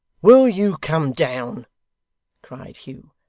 will you come down cried hugh.